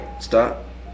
Stop